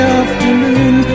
afternoon